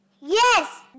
Yes